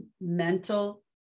mental